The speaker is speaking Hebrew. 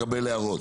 נשמח לקבל הערות.